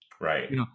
Right